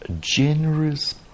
generous